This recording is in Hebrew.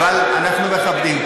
אבל אנחנו מכבדים.